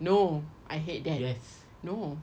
no I hate that no